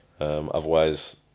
Otherwise